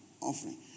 offering